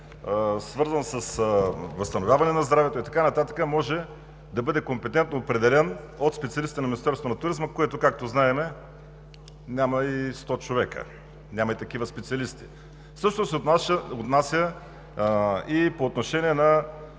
свързан с възстановяване на здравето и така нататък, може да бъде компетентно определен от специалисти на Министерството на туризма, което, както знаем, няма и 100 човека, няма и такива специалисти. Същото се отнася и по отношение на